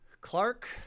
Clark